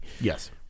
Yes